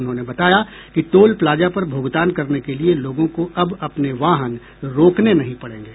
उन्होंने बताया कि टोल प्लाजा पर भुगतान करने के लिए लोगों को अब अपने वाहन रोकने नहीं पड़ेंगे